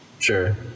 sure